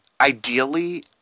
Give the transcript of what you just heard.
ideally